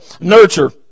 nurture